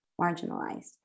marginalized